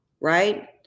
Right